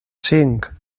cinc